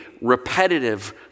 repetitive